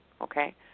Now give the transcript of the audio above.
okay